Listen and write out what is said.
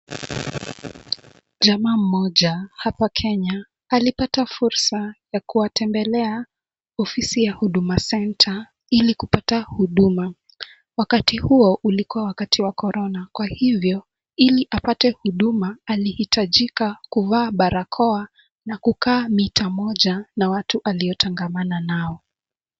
Jamaa mmoja hapa Kenya alipata fursa ya kuwatembelea ofisi ya huduma centre ili kupata huduma. Wakati huo ulikua wakati wa korona kwa hivyo ili apate huduma alihitajika kuvaa barakoa na kukaa mita moja na watu aliotangamana nao.